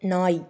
நாய்